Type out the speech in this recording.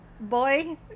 Boy